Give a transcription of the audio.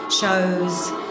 shows